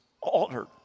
altered